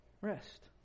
Rest